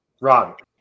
Rod